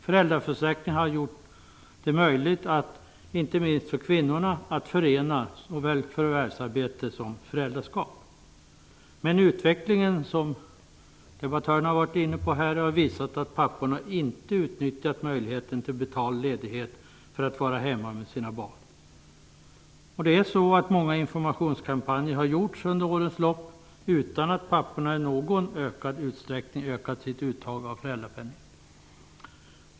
Föräldraförsäkringen har gjort det möjligt, inte minst för kvinnorna, att förena förvärvsarbete och föräldraskap. Utvecklingen har visat att papporna inte utnyttjat möjligheten till betald ledighet för att vara hemma med sina barn. Många informationskampanjer har gjorts under årens lopp utan att papporna i någon större utsträckning har ökat sitt uttag av föräldrapenning.